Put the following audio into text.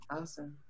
awesome